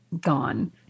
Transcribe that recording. Gone